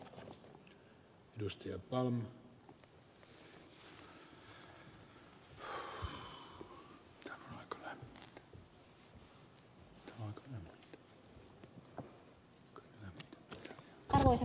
arvoisa puhemies